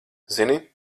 zini